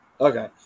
Okay